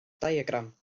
diagram